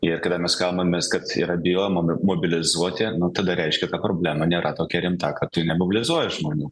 ir kada mes kalbamės kad yra bijojoma mobilizuoti nu tada reiškia ta problema nėra tokia rimta kad tu nemobilizuoji žmonių